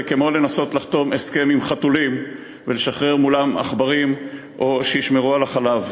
כמו לנסות לחתום הסכם עם חתולים ולשחרר מולם עכברים שישמרו על החלב.